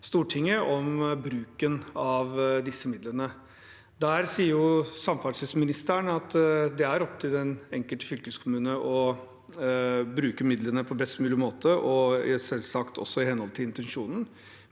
Stortinget om bruken av disse midlene. Der sier samferdselsministeren at det er opp til den enkelte fylkeskommune å bruke midlene på best mulig måte, og selvsagt også i henhold til intensjonen,